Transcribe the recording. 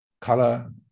color